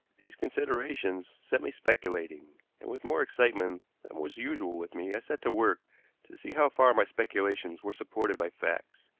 these considerations set me speculating and, with more excitement than was usual with me, i set to work to see how far my speculations were supported by facts.